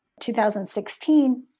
2016